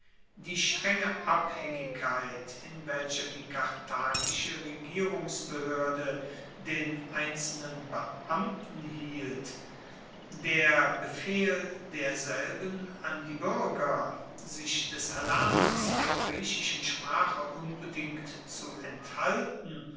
die strenge abhaengigkeit in welcher die karthagische regierungsbehoerde den einzelnen beamten hielt der befehl derselben an die buerger sich des erlernens der griechischen sprache unbedingt zu enthalten